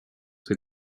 ses